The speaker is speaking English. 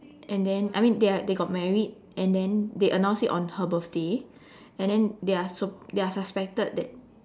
and then I mean they are they got married and then they announce it on her birthday and then they are sup~ they are suspected that